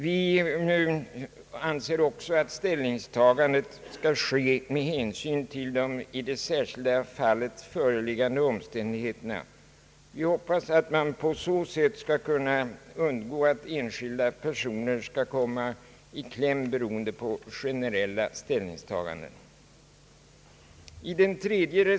Vi anser också att ställningstagandet bör ske med beaktande av omständigheterna i det särskilda fallet och hoppas att man på så sätt skall kunna undgå att enskilda personer kommer i kläm på grund av generella ställningstaganden.